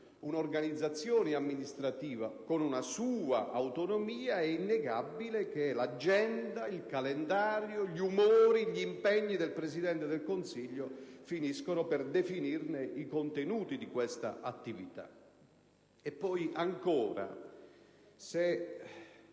un'organizzazione amministrativa con una sua autonomia, è innegabile che l'agenda, il calendario, gli umori, gli impegni del Presidente del Consiglio finiscono per determinare i contenuti di questa attività. Come se